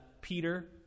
peter